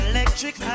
Electric